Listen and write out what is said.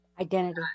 Identity